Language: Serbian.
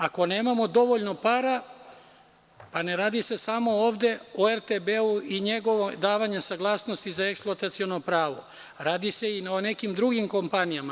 Ako nemamo dovoljno para, a ne radi se samo ovde o RTB i davanju saglasnosti za eksploataciono pravo, radi se i o nekim drugim kompanijama.